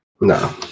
No